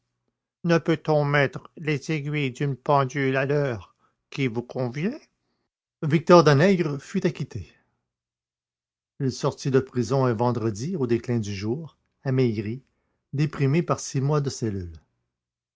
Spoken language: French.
ne peut-on mettre les aiguilles d'une pendule à l'heure qui vous convient victor danègre fut acquitté il sortit de prison un vendredi au déclin du jour amaigri déprimé par six mois de cellule